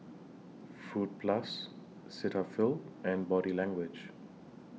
Fruit Plus Cetaphil and Body Language